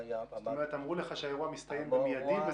אמרו לך שהאירוע מסתיים מידית,